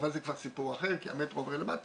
אבל זה כבר סיפור אחר כי המטרו עובר למטה.